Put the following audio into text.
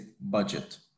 budget